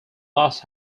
lost